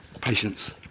patience